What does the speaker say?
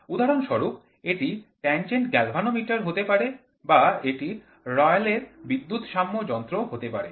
উদাহরণস্বরূপ এটি tangent galvanometer হতে পারে বা এটি রায়লেহের বিদ্যুৎ সাম্য Rayleigh's current balance যন্ত্র হতে পারে